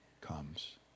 comes